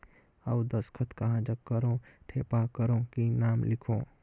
अउ दस्खत कहा जग करो ठेपा करो कि नाम लिखो?